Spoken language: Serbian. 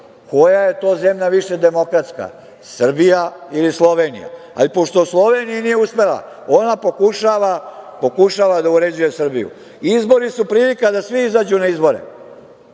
koja je to zemlja više demokratska, Srbija ili Slovenija? Ali pošto u Sloveniji nije uspela, ona pokušava da uređuje Srbiju. Izbori su prilika da svi izađu na izbore